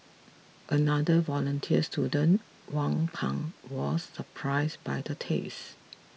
another volunteer student Wang Pan was surprised by the taste